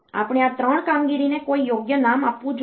આપણે આ 3 કામગીરીને કોઈ યોગ્ય નામ આપવું જોઈએ